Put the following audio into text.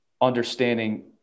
understanding